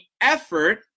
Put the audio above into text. effort